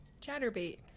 ChatterBait